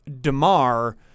DeMar